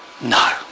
No